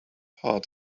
heart